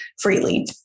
freely